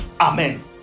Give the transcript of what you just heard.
amen